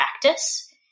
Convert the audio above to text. practice